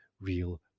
real